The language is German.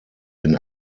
den